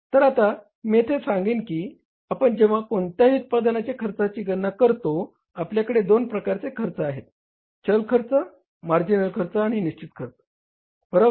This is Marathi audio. तर आता मी येथे सांगेन की आपण जेव्हा कोणत्याही उत्पादनाच्या खर्चाची गणना करतो आपल्याकडे दोन प्रकारचे खर्च आहेत चल खर्च मार्जिनल खर्च आणि निश्चित खर्च बरोबर